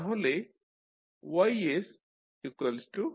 তাহলে YsKMX